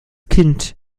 kind